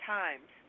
times